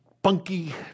spunky